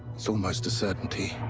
so almost a certainty.